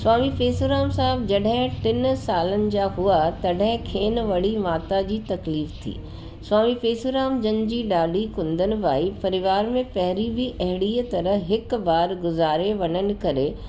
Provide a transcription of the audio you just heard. स्वामी पेसुराम साहब जॾहिं टिन सालनि जा हुआ तॾहिं खे न वड़ी माता जी तकलीफ़ थी स्वामी पेसुराम जन जी ॾाढी कुंदन बाई परिवार में पहरियों बि अहड़ीअ तरह हिकु बार गुज़ारे वननि करे